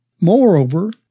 Moreover